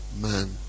man